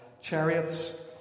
Chariots